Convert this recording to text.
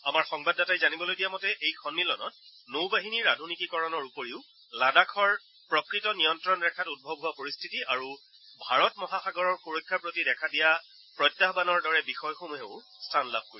আমাৰ সংবাদদাতাক জানিবলৈ দিয়া মতে এই সন্মিলনত নৌ বাহিনীৰ আধুনিকীকৰণৰ উপৰিও লাডাখৰ প্ৰকৃত নিয়ন্ত্ৰণ ৰেখাত উদ্ভৱ হোৱা পৰিস্থিতি আৰু ভাৰত মহাসাগৰৰ সুৰক্ষাৰ প্ৰতি দেখা দিয়া প্ৰত্যাহানৰ দৰে বিষয়সমূহেও স্থান লাভ কৰিব